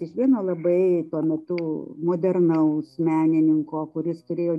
iš vieno labai tuo metu modernaus menininko kuris turėjo